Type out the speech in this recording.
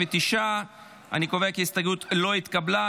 49. אני קובע כי ההסתייגות לא התקבלה.